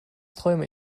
träume